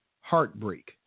Heartbreak